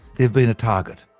they've been a target.